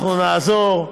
אנחנו נעזור,